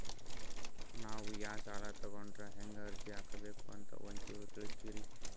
ನಾವು ಯಾ ಸಾಲ ತೊಗೊಂಡ್ರ ಹೆಂಗ ಅರ್ಜಿ ಹಾಕಬೇಕು ಅಂತ ಒಂಚೂರು ತಿಳಿಸ್ತೀರಿ?